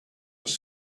was